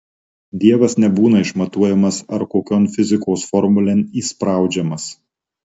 dievas nebūna išmatuojamas ar kokion fizikos formulėn įspraudžiamas